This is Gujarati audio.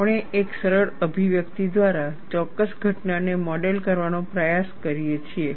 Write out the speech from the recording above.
આપણે એક સરળ અભિવ્યક્તિ દ્વારા ચોક્કસ ઘટનાને મોડેલ કરવાનો પ્રયાસ કરીએ છીએ